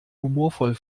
humorvoll